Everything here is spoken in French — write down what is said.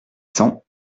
cent